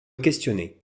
questionner